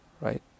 right